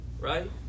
Right